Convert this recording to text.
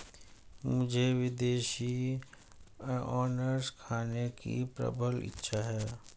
मुझे विदेशी अनन्नास खाने की प्रबल इच्छा है